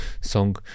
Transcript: song